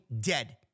dead